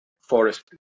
forest